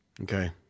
Okay